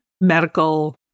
medical